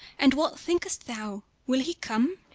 and what thinkest thou? will he come?